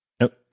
Nope